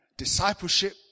Discipleship